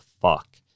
fuck